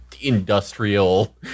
industrial